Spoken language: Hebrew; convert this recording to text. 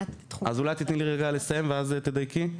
אולי תתני לי רגע לסיים ואז תדייקי.